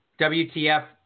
WTF